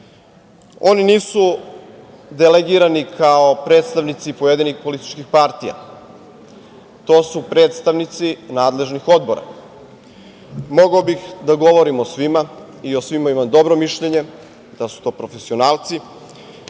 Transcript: oni nisu delegirani kao predstavnici pojedinih političkih partija. To su predstavnici nadležnih odbora. Mogao bih da govorim o svima i o svima imam dobro mišljenje, da su to profesionalci. Reći